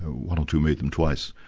one or two made them twice,